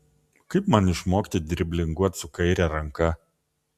kaip man išmokti driblinguot su kaire ranka